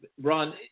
Ron